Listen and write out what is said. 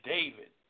David